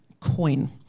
coin